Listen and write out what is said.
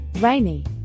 Rainy